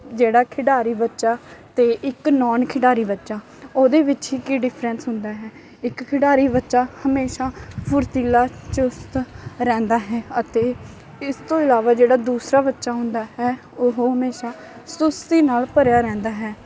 ਜਿਹੜਾ ਖਿਡਾਰੀ ਬੱਚਾ ਅਤੇ ਇੱਕ ਨੋਨ ਖਿਡਾਰੀ ਬੱਚਾ ਉਹਦੇ ਵਿੱਚ ਹੀ ਕੀ ਡਿਫਰੈਂਸ ਹੁੰਦਾ ਹੈ ਇੱਕ ਖਿਡਾਰੀ ਬੱਚਾ ਹਮੇਸ਼ਾ ਫੁਰਤੀਲਾ ਚੁਸਤ ਰਹਿੰਦਾ ਹੈ ਅਤੇ ਇਸ ਤੋਂ ਇਲਾਵਾ ਜਿਹੜਾ ਦੂਸਰਾ ਬੱਚਾ ਹੁੰਦਾ ਹੈ ਉਹ ਹਮੇਸ਼ਾ ਸੁਸਤੀ ਨਾਲ ਭਰਿਆ ਰਹਿੰਦਾ ਹੈ